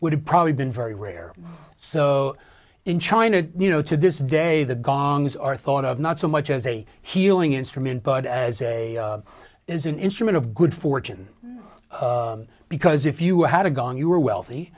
would have probably been very rare so in china you know to this day the gongs are thought of not so much as a healing instrument but as a is an instrument of good fortune because if you had gone you were wealthy